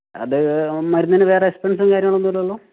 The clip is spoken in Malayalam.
അത് മരുന്നിന് വേറെ എക്സ്പെൻസും കാര്യങ്ങളൊന്നും ഇല്ലല്ലോ